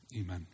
Amen